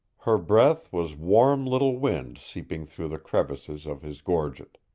her breath was warm little wind seeping through the crevices of his gorget.